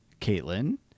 Caitlin